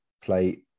play